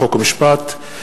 חוק ומשפט.